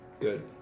Good